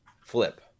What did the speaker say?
flip